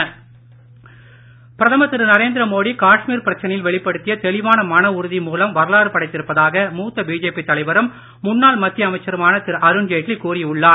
அருண் ஜெட்லி பிரதமர் திரு நரேந்திரமோடி காஷ்மீர் பிரச்சனையில் வெளிப்படுத்திய தெளிவான மன உறுதி மூலம் வரலாறு படைத்திருப்பதாக மூத்த பிஜேபி தலைவரும் முன்னாள் மத்திய அமைச்சருமான திரு அருண் ஜெட்லி கூறி உள்ளார்